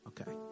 Okay